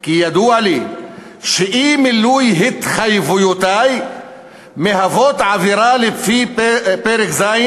כי ידוע לי שאי-מילוי התחייבויותי מהווה עבירה לפי פרק ז',